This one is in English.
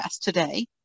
today